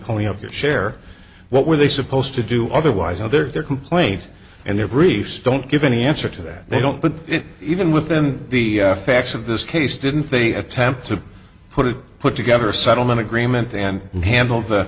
pony up your share what were they supposed to do otherwise how their complaint and their briefs don't give any answer to that they don't get it even within the facts of this case didn't they attempt to put it put together a settlement agreement and handle the